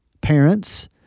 parents